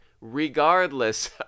regardless